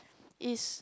is